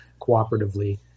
cooperatively